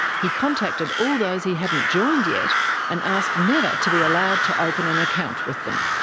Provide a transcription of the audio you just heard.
he contacted all those he hadn't joined yet and asked never to be allowed to open an account with them.